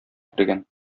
кергән